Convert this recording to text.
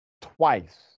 twice